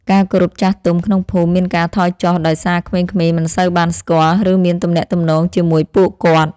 ការគោរពចាស់ទុំក្នុងភូមិមានការថយចុះដោយសារក្មេងៗមិនសូវបានស្គាល់ ឬមានទំនាក់ទំនងជាមួយពួកគាត់។